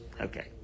Okay